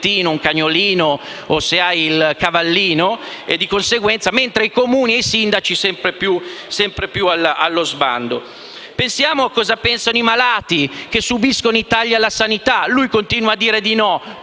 un cagnolino o un cavallino, mentre i Comuni e i sindaci sono sempre più allo sbando. Pensiamo a cosa pensano i malati che subiscono i tagli alla sanità. Lui continua a dire di no,